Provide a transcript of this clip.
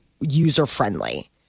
user-friendly